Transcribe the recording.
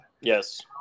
Yes